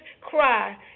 cry